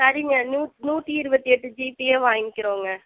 சரிங்க நூத் நூற்றி இருபத்தியெட்டு ஜீபியே வாங்கிகிறோங்க